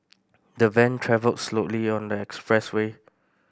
the van travelled slowly on the expressway